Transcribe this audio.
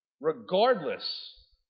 regardless